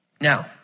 Now